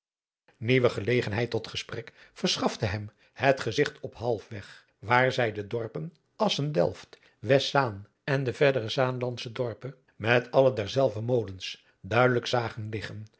nieuwe gelegenheid tot gesprek verschafte hem het gezigt op halfweg waar zij de dorpen assendelft westzaan en de verdere zaanlandsche dorpen met alle derzelver molens duidelijk zagen liggen